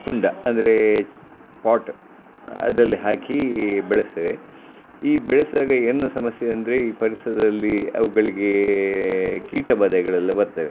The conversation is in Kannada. ಕುಂಡ ಅಂದರೆ ಪೋಟ್ ಅದರಲ್ಲಿ ಹಾಕಿ ಬೆಳೆಸ್ತೇವೆ ಈ ಬೆಳೆಸಿದಾಗ ಏನು ಸಮಸ್ಯೆ ಅಂದರೆ ಈ ಪರಿಸರದಲ್ಲಿ ಅವುಗಳಿಗೆ ಕೀಟಬಾಧೆಗಳೆಲ್ಲ ಬರ್ತದೆ